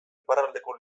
iparraldeko